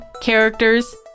characters